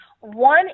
one